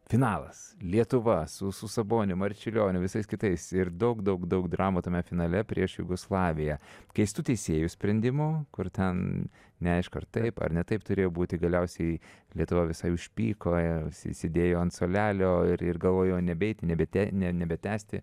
finalas lietuva su su saboniu marčiulioniu visais kitais ir daug daug daug dramų tame finale prieš jugoslaviją keistų teisėjų sprendimų kur ten neaišku ar taip ar ne taip turėjo būti galiausiai lietuva visai užpyko ir sėdėjo ant suolelio ir galvojo nebeiti į nebete nebetęsti